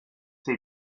see